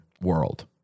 world